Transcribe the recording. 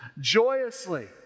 joyously